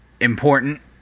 important